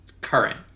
current